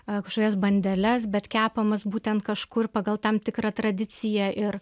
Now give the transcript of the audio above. a kažkokias bandeles bet kepamas būtent kažkur pagal tam tikrą tradiciją ir